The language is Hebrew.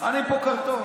אני פה קרטון.